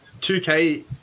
2K